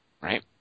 Right